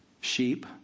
sheep